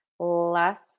last